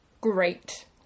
Great